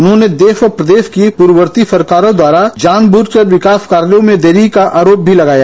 उन्होंने देश व प्रदेश की पूर्ववर्ती सरकारो द्वारा जानबूझ कर विकास कार्यो में देरी का आरोप भी लगाया